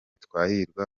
twahirwa